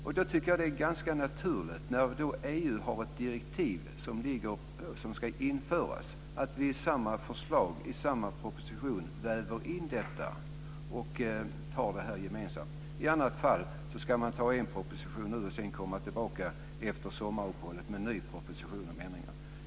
Jag tycker att det är ganska naturligt att vi när ett direktiv ska införas i EU väver in detta i samma proposition och fattar ett samlat beslut. I annat fall ska man anta en proposition nu och sedan komma tillbaka efter sommaruppehållet med en ny proposition om ändringar.